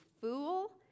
fool